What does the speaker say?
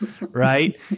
Right